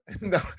No